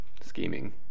Scheming